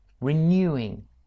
renewing